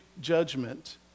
judgment